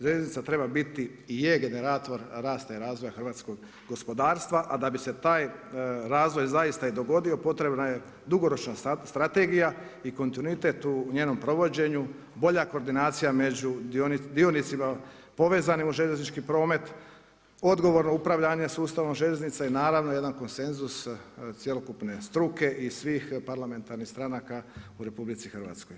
Željeznica treba biti i je generator rasta i razvoja hrvatskog gospodarstva a da bi se taj razvoj zaista i dogodio, potrebna je dugoročna strategija i kontinuitet u njenom provođenju, bolja koordinacija među dionicima povezanim u željeznički promet, odgovorno upravljanje sustavom željeznice i naravno, jedan konsenzus cjelokupne struke i svih parlamentarnih stranaka u RH.